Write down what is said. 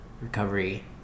recovery